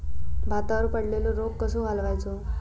भातावर पडलेलो रोग कसो घालवायचो?